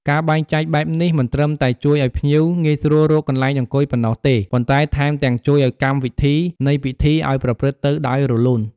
ការបែងចែកបែបនេះ មិនត្រឹមតែជួយឲ្យភ្ញៀវងាយស្រួលរកកន្លែងអង្គុយប៉ុណ្ណោះទេ ប៉ុន្តែថែមទាំងជួយអោយកម្មវិធីនៃពិធីឲ្យប្រព្រឹត្តទៅដោយរលូន ។